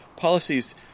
Policies